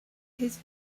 his